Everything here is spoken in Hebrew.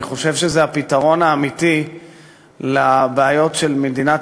אני חושב שזה הפתרון האמיתי לבעיות של מדינת